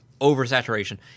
oversaturation